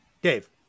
Dave